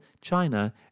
China